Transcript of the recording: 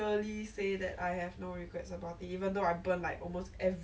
go through the pain lah pain is one thing and like fear is another thing